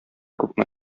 күпме